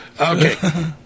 Okay